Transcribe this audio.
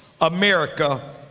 America